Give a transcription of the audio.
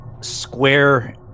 square